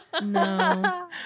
no